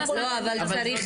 לא, אבל צריך